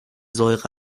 säure